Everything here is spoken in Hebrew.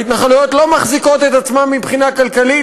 ההתנחלויות לא מחזיקות את עצמן מבחינה כלכלית,